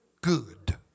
good